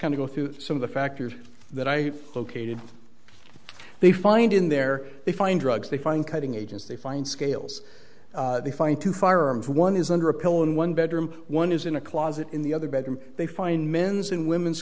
to go through some of the factors that i located they find in there they find drugs they find cutting agents they find scales they find two firearms one is under a pillow in one bedroom one is in a closet in the other bed and they find men's and women's